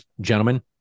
Gentlemen